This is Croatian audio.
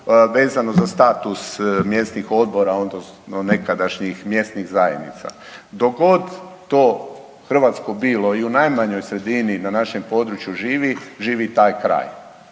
vezano za status mjesnih odbora, odnosno nekadašnjih mjesnih zajednica. Dok god to hrvatsko bilo i u najmanjoj sredini na našem području živi, živi taj kraj.